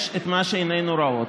יש את מה שעינינו רואות,